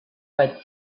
what